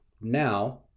now